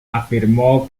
afirmó